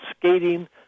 skating